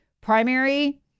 primary